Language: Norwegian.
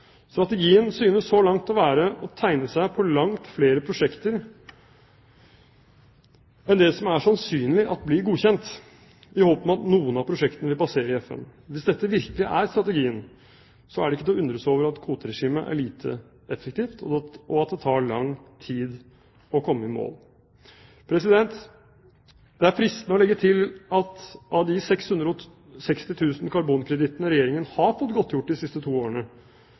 Strategien synes så langt å være å tegne seg på langt flere prosjekter enn det som er sannsynlig blir godkjent, i håp om at noen av prosjektene vil passere i FN. Hvis dette virkelig er strategien, er det ikke til å undres over at kvoteregimet er lite effektivt, og at det tar lang tid å komme i mål. Det er fristende å legge til at av de 660 000 karbonkredittene Regjeringen har fått godtgjort de siste to årene,